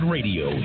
Radio